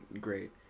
great